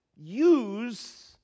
use